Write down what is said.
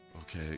Okay